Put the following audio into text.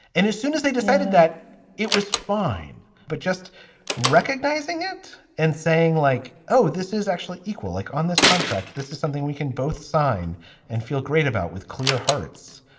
and as soon as they decided that it was fine, but just recognizing it and saying like, oh, this is actually equal like on this contract, this is something we can both sign and feel great about with clear hearts.